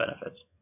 benefits